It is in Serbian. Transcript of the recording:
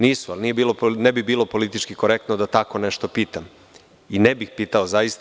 Nisu i ne bi bilo politički korektno da tako nešto pitam i ne bih pitao zaista.